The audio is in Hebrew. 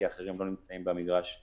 כי אחרים לא נמצאים במגרש שלנו.